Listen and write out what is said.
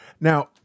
Now